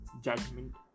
judgment